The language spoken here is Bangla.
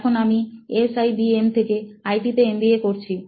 এখন আমি এসআইবিএম থেকে আইটি তে এমবিএ করছি